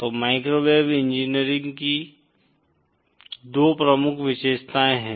तो microwave engineering की दो प्रमुख विशेषताएं हैं